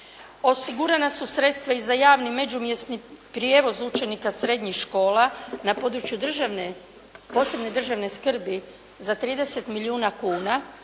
osigurana su sredstva i za javni međumjesni prijevoz učenika srednjih škola na području posebne državne skrbi za 30 milijuna kuna.